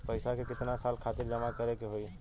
पैसा के कितना साल खातिर जमा करे के होइ?